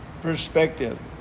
perspective